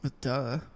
Duh